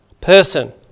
person